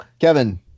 Kevin